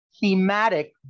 Thematic